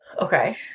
Okay